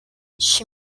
she